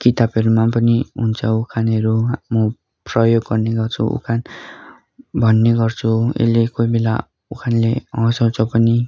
किताबहरूमा पनि हुन्छ उखानहरू म प्रयोग गर्ने गर्छु उखान भन्ने गर्छु यसले कोहीबेला उखानले हँसाउछ पनि